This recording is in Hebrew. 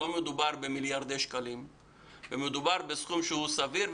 אני מבין שלא מדובר במיליארדי שקלים אלא בסכום שהוא סביר.